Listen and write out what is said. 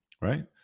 right